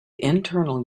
internal